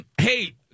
Hey